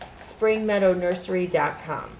springmeadownursery.com